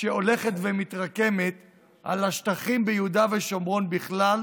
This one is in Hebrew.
שהולכת ומתרקמת על השטחים ביהודה ושומרון בכלל,